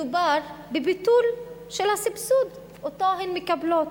מדובר בביטול מוחלט של הסבסוד שהן מקבלות.